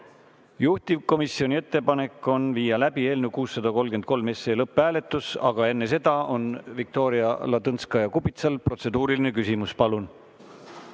Juhtivkomisjoni ettepanek on viia läbi eelnõu 633 lõpphääletus, aga enne seda on Viktoria Ladõnskaja-Kubitsal protseduuriline küsimus. Palun!